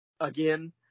again